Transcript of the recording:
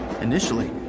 Initially